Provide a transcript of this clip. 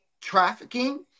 trafficking